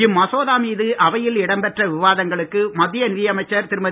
இம் மசோதா மீது அவையில் இடம்பெற்ற விவாதங்களுக்கு மத்திய நிதி அமைச்சர் திருமதி